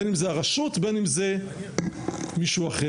בין אם זה הרשות, בין אם זה מישהו אחר.